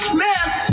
Smith